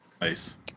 nice